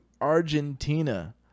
Argentina